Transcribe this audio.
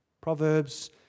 Proverbs